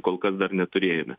kol kas dar neturėjome